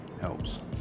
helps